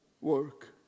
work